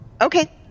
Okay